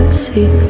see